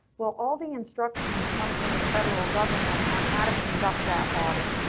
well, all the instructions come from the federal government on how to conduct that audit.